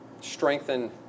strengthen